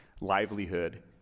livelihood